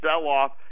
sell-off